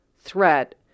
threat